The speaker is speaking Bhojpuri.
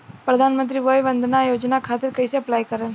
प्रधानमंत्री वय वन्द ना योजना खातिर कइसे अप्लाई करेम?